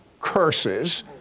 curses